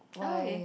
oh okay